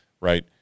right